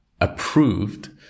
approved